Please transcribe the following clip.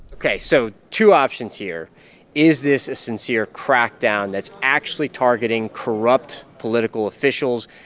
ok. so two options here is this a sincere crackdown that's actually targeting corrupt political officials,